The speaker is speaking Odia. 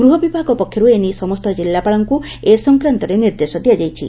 ଗୃହ ବିଭାଗ ପକ୍ଷର୍ଠ ଏ ନେଇ ସମସ୍ତ ଜିଲ୍ଲାପାଳଙ୍କୁ ଏ ସଂକ୍ରାନ୍ତରେ ନିର୍ଦ୍ଦେଶ ଦିଆଯାଇଛି